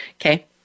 okay